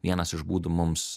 vienas iš būdų mums